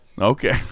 Okay